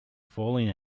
falling